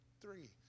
three